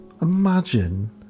Imagine